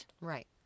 Right